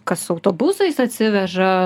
kas autobusais atsiveža